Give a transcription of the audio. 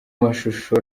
mashusho